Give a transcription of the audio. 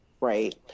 right